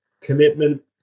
commitment